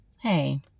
Hey